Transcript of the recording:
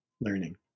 learning